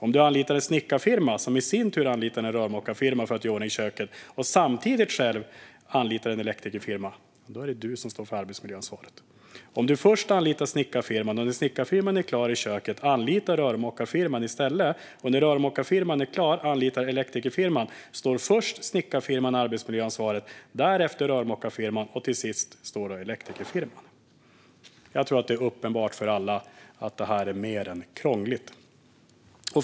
Om du anlitar en snickerifirma som i sin tur anlitar en rörmokarfirma för att göra i ordning köket och du samtidigt själv anlitar en elektrikerfirma är det du som står för arbetsmiljöansvaret. Om du först anlitar snickarfirman, och när snickarfirman är klar i köket anlitar du rörmokarfirman, och när rörmokarfirman är klar anlitar du elektrikerfirman - då är det först snickarfirman, därefter rörmokarfirman och till sist elektrikerfirman som har arbetsmiljöansvaret. Jag tror att det är uppenbart för alla att detta är mer än krångligt.